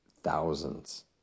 thousands